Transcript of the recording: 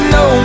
no